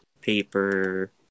Paper